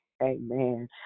Amen